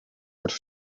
wordt